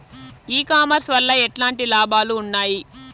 ఈ కామర్స్ వల్ల ఎట్లాంటి లాభాలు ఉన్నాయి?